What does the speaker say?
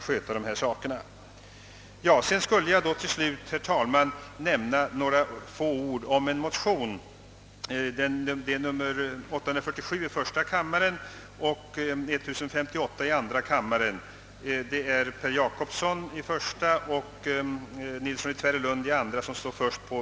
Slutligen vill jag, herr talman, säga några ord om motionsparet I: 847 med herr Per Jacobsson som första namn och II: 1058 med herr Nilsson i Tvärålund som första namn.